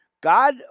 God